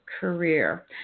career